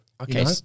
Okay